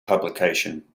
publication